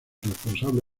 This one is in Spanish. responsable